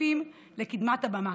השקופים לקדמת הבמה.